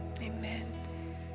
Amen